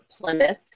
Plymouth